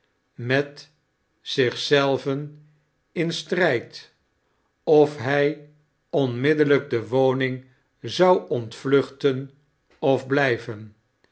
met zich zelven in strijd of hij onmiddellijk de waning zou ontvluchten of blijven